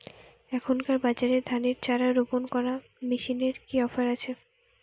এখনকার বাজারে ধানের চারা রোপন করা মেশিনের কি অফার আছে?